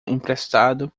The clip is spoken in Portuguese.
emprestado